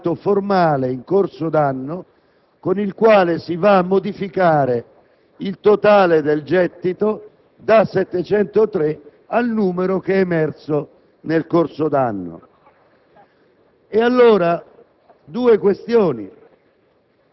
Ricordo, signor Presidente, che questo è l'unico atto formale in corso d'anno con il quale si va a modificare il totale del gettito, da 703 miliardi alla cifra emersa in corso d'anno.